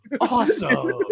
Awesome